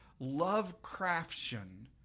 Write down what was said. Lovecraftian